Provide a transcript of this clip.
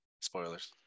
Spoilers